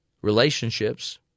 relationships